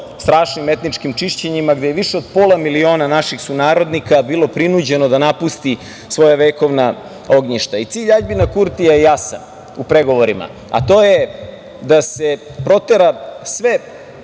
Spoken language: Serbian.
strašnim etničkim čišćenjima, gde je više od pola miliona naših sunarodnika bilo prinuđeno da napusti svoja vekovna ognjišta. Cilj Aljbina Kurtija je jasan u pregovorima, a to je da se protera sve